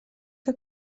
que